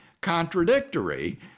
contradictory